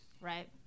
right